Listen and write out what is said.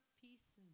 peace